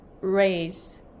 raise